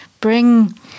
bring